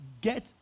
get